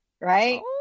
right